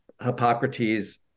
Hippocrates